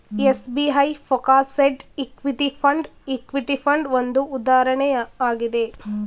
SBI focused equity fund, equity fund ಒಂದು ಉದಾಹರಣೆ ಆಗಿದೆ